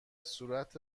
صورت